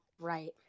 Right